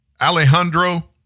Alejandro